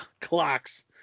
clocks